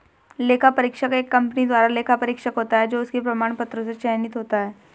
लेखा परीक्षक एक कंपनी द्वारा लेखा परीक्षक होता है जो उसके प्रमाण पत्रों से चयनित होता है